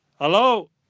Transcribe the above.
Hello